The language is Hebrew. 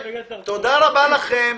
תודה רבה לכם.